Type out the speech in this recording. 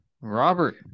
Robert